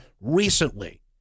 recently